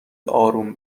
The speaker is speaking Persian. اروم